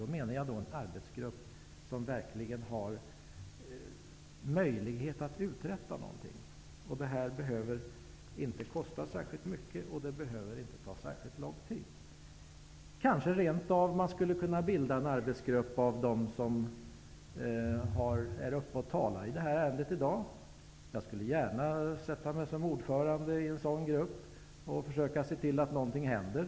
Då menar jag en arbetsgrupp som verkligen har möjlighet att uträtta någonting. Det behöver inte kosta särskilt mycket, och det behöver inte ta särskilt lång tid. Kanske man rent av skulle kunna bilda en arbetsgrupp av dem som är uppe och talar i det här ärendet i dag. Jag skulle gärna sätta mig som ordförande i en sådan grupp och försöka se till att någonting händer.